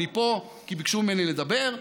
אני פה כי ביקשו ממני לדבר.